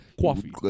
Coffee